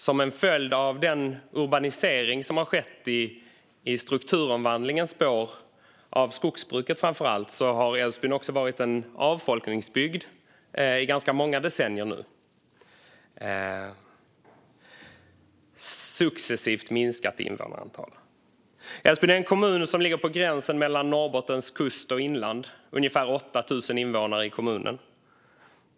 Som en följd av den urbanisering som har skett i strukturomvandlingens spår, framför allt när det gäller skogsbruket, har Älvsbyn också varit en avfolkningsbygd i ganska många decennier nu, med ett successivt minskat invånarantal. Älvsbyn är en kommun som ligger på gränsen mellan Norrbottens kust och inland med ungefär 8 000 invånare.